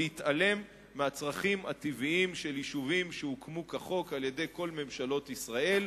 להתעלם מהצרכים הטבעיים של יישובים שהוקמו כחוק על-ידי כל ממשלות ישראל,